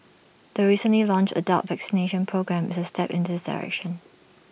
the recently launched adult vaccination programme is A step in this direction